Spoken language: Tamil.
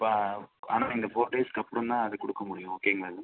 இப்போ ஆனால் இந்த ஃபோர் டேஸ்க்கு அப்புறோந்தா அது கொடுக்க முடியும் ஓகேங்களா சார்